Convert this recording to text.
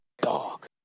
Dog